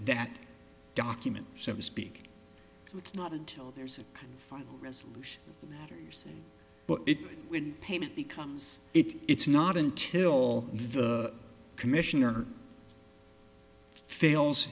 that document so to speak it's not until there's a final resolution years but it would pain it becomes it's not until the commissioner fails